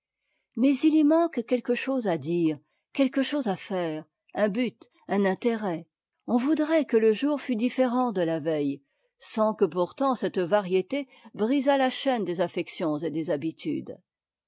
mais il y manque quelque chose à dire quelque chose à faire un but un intérêt on voudrait que te jour fût différent de la veille sans que pourtant cette vérité brisât la chaîne des affections et des habitudes